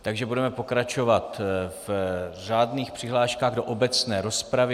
Takže budeme pokračovat v řádných přihláškách do obecné rozpravy.